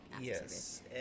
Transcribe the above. Yes